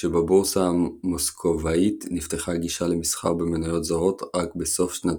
כשבבורסה המוסקבאית נפתחה גישה למסחר במניות זרות רק בסוף שנת